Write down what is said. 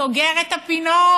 סוגר את הפינות.